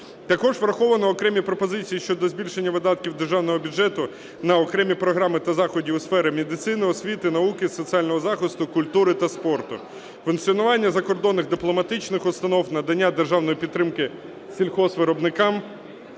Також враховано окремі пропозиції щодо збільшення видатків державного бюджету на окремі програми та заходи у сфері медицини, освіти, науки, соціального захисту, культури та спорту, функціонування закордонних дипломатичних установ, надання державної підтримки сільгоспвиробникам,